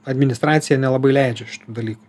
administracija nelabai leidžia šių dalykų